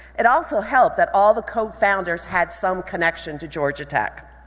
it also helped that all the co-founders had some connection to georgia tech.